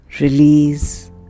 release